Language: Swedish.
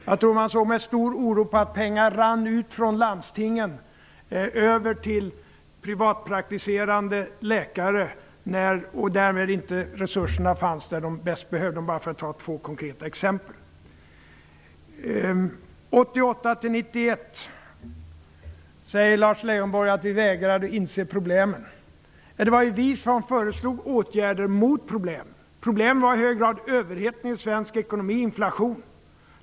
Jag tror att man såg med stor oro på att pengar rann ut från landstingen över till privatpraktiserande läkare och att resurserna därmed inte fanns där de bäst behövdes - bara för att ta två konkreta exempel. Lars Leijonborg säger att vi vägrade inse problemen 1988-1991. Det var vi som föreslog åtgärder mot problemen. Problemen var i hög grad överhettning i svensk ekonomi, inflation.